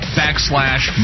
backslash